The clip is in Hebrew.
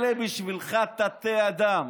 אלה בשבילך תתי-אדם.